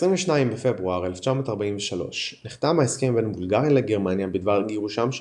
ב-22 בפברואר 1943 נחתם ההסכם בין בולגריה לגרמניה בדבר גירושם של